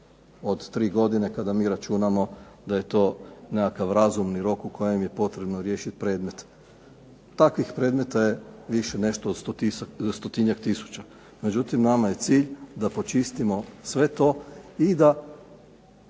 od tri godine kada mi računamo da je to nekakav razumni rok u kojem je potrebno riješit predmet. Takvih predmeta je više nešto od 100-tinjak tisuća, međutim nama je cilj da počistimo sve to i da